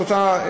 את רוצה,